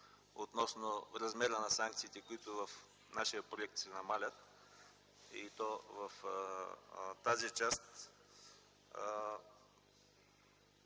относно размера на санкциите, които в нашия проект се намалят и то в тази част